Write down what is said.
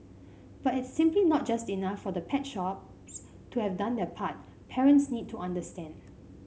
but it's simply not just enough for the pet shops to have done their part parents need to understand